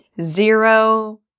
Zero